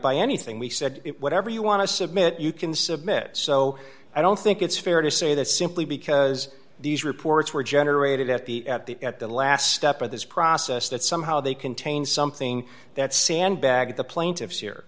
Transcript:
by anything we said whatever you want to submit you can submit so i don't think it's fair to say that simply because these reports were generated at the at the at the last step of this process that somehow they contain something that sandbag the plaintiffs here